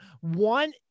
one